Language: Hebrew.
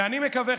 ואני מקווה,